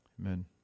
Amen